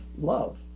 love